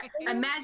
imagine